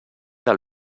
del